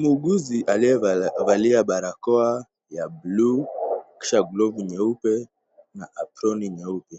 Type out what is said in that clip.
Muuguzi aliyevalia barakoa ya buluu kisha glovu nyeupe na aproni nyeupe.